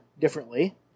differently